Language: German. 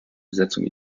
besetzung